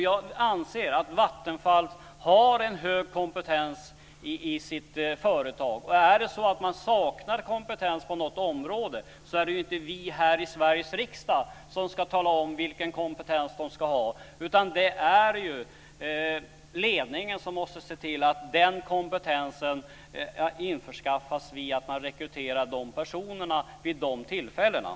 Jag anser att man på Vattenfall har en hög kompetens. Saknar man kompetens på något område är det inte vi här i Sveriges riksdag som ska tala om vilken kompetens man ska ha, utan det är ledningen som måste se till att införskaffa den kompetensen via rekrytering av lämpliga personer.